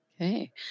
Okay